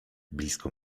blisko